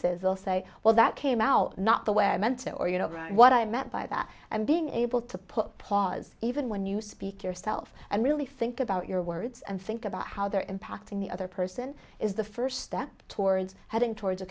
voices they'll say well that came out not the way i meant it or you know what i meant by that and being able to put pause even when you speak yourself and really think about your words and think about how they're impacting the other person is the first step towards heading towards a